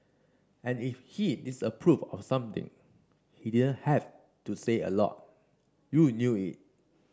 and if he disapproved of something he didn't have to say a lot you knew it